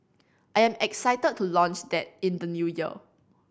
I am excited to launch that in the New Year